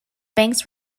banks